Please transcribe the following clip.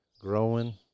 growing